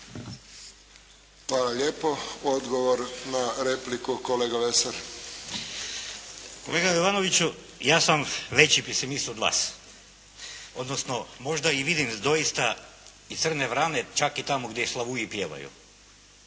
**Lesar, Dragutin (Nezavisni)** Kolega Jovanoviću ja sam veći pesimist od vas odnosno možda i vidim doista i crne vrane čak i tamo gdje slavuji pjevaju.